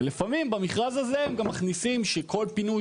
ולפעמים במכרז הזה הם גם מכניסים שכל פינוי